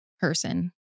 person